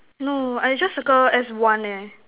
no I just circle as one leh